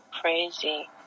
crazy